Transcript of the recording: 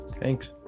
thanks